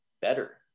better